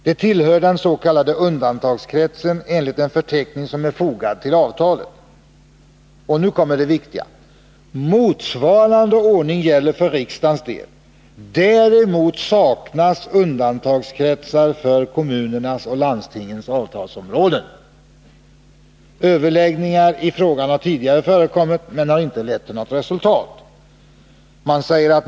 De tillhör den s.k. undantagskretsen enligt en förteckning som är fogad till avtalet.” Och så kommer det viktiga: ”Motsvarande ordning gäller för riksdagens del. Däremot saknas undantagskretsar på kommunernas och landstingens avtalsområden. Överläggningar i frågan har tidigare förekommit men har inte lett till något resultat.